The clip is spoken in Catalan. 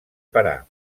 parar